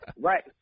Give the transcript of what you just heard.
right